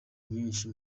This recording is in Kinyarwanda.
nyinshi